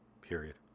Period